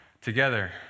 together